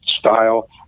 style